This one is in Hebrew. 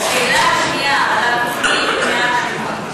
השאלה השנייה, על התוכנית.